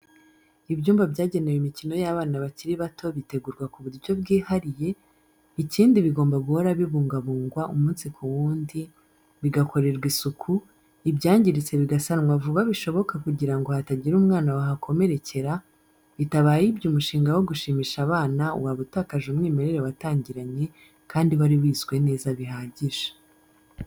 Ibyumba byagenewe imikino y'abana bakiri bato bitegurwa ku buryo bwihariye, ikindi bigomba guhora bibungabungwa umunsi ku wundi, bigakorewa isuku, ibyangiritse bigasanwa vuba bishoboka kugira ngo hatagira umwana wahakomerekera, bitabaye ibyo umushinga wo gushimisha abana waba utakaje umwimerere watangiranye kandi wari wizwe neza bihagije.